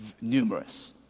numerous